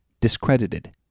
discredited